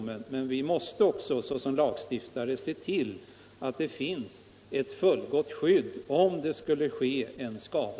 Men vi måste också som lagstiftare se till — Trafikskadelag att det finns ett fullgott skydd om det skulle inträffa en skada.